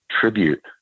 tribute